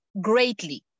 greatly